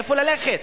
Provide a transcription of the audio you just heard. לאן ללכת?